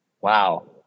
wow